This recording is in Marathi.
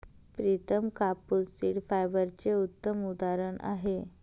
प्रितम कापूस सीड फायबरचे उत्तम उदाहरण आहे